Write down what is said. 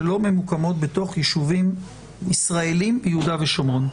שלא ממוקמות בתוך יישובים ישראלים ביהודה ושומרון,